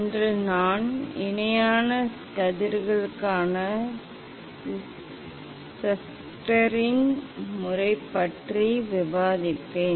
இன்று நான் இணையான கதிர்களுக்கான ஷஸ்டரின் முறை பற்றி விவாதிப்பேன்